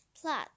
plot